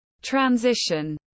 Transition